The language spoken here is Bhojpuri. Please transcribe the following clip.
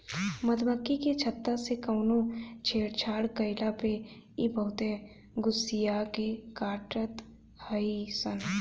मधुमक्खी के छत्ता से कवनो छेड़छाड़ कईला पे इ बहुते गुस्सिया के काटत हई सन